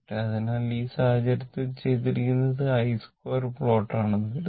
അതിനാൽ ഈ സാഹചര്യത്തിൽ ചെയ്തിരിക്കുന്നത് ഇത് i2 പ്ലോട്ട് ആണെന്ന് കരുതുക